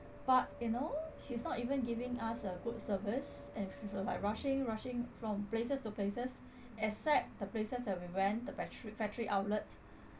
but you know she's not even giving us a good service and she was like rushing rushing from places to places except the places that we went the factory factory outlet